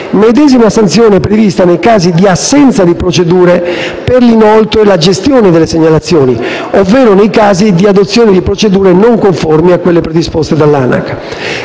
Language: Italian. Medesima sanzione è prevista nei casi di assenza di procedure per l'inoltro e la gestione delle segnalazioni, ovvero nei casi di adozione di procedure non conformi a quelle predisposte dall'ANAC.